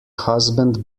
husband